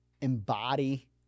embody